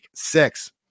Six